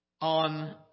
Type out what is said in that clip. on